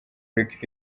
lick